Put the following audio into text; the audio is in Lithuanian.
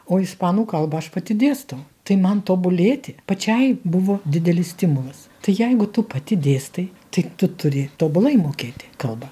o ispanų kalbą aš pati dėstau tai man tobulėti pačiai buvo didelis stimulas tai jeigu tu pati dėstai tai tu turi tobulai mokėti kalbą